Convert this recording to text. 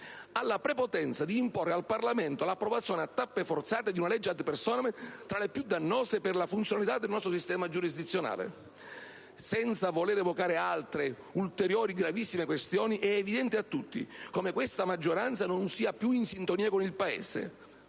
alla prepotenza di imporre al Parlamento l'approvazione a tappe forzate di una legge *ad personam* tra le più dannose per la funzionalità del nostro sistema giurisdizionale. Senza voler evocare altre ulteriori gravissime questioni, è evidente a tutti come questa maggioranza non sia più in sintonia con il Paese